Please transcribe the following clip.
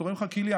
אני תורם לך כליה.